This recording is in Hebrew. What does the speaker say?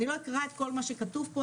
אני לא אקרא את כל מה שכתוב פה,